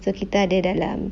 so kita ada dalam